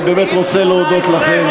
אני באמת רוצה להודות לכם,